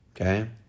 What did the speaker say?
Okay